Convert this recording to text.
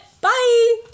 Bye